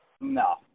No